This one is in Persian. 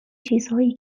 چیزهایی